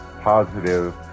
positive